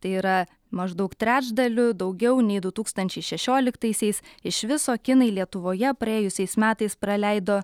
tai yra maždaug trečdaliu daugiau nei du tūkstančiai šešioliktaisiais iš viso kinai lietuvoje praėjusiais metais praleido